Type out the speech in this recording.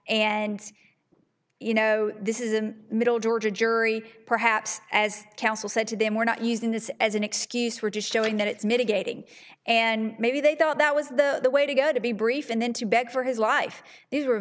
and you know this is a middle georgia jury perhaps as counsel said to them we're not using this as an excuse we're just showing that it's mitigating and maybe they thought that was the way to go to be brief and then to beg for his life these were